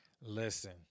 Listen